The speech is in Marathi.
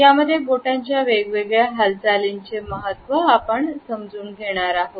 या मध्ये बोटांच्या वेगवेगळ्या हालचालींचे महत्व आपण समजून घेणार आहोत